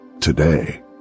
Today